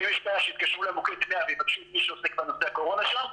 ואם יש בעיה שיתקשרו למוקד 100 ויבקשו את מי שעוסק בנושא הקורונה שם,